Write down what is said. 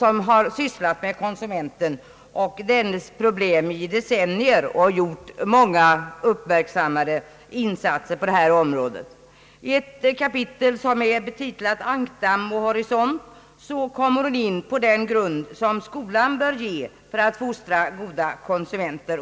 hon har sysslat med konsumenten och dennes problem i decennier samt gjort många uppmärk sammade insatser på detta område. I ett kapitel som är betitlat »Ankdamm och horisont» kommer hon in på den grund som skolan bör ge för att fostra goda konsumenter.